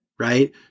Right